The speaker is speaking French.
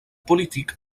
politique